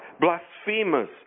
blasphemers